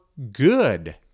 Good